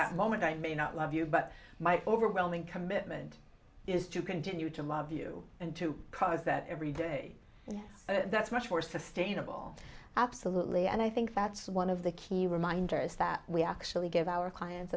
that moment i may not love you but my overwhelming commitment is to continue to love you and to cross that every day and that's much more sustainable absolutely and i think that's one of the key reminders that we actually give our clients